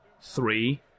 three